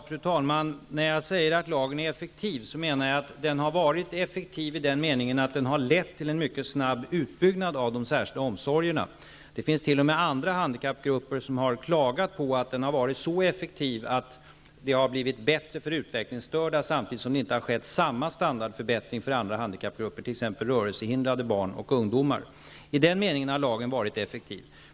Fru talman! När jag säger att lagen är effektiv menar jag att den varit effektiv i den meningen att den lett till en mycket snabb utbyggnad av de särskilda omsorgerna. Det finns t.o.m. andra handikappgrupper som klagat över att lagen varit så effektiv, att det har blivit bättre för utvecklingsstörda, samtidigt som det inte har skett samma standardförbättring för andra handikappgrupper, t.ex. rörelsehindrade barn och ungdomar. I den meningen har lagen varit effektiv.